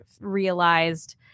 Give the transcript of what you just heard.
realized